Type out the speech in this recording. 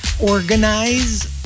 organize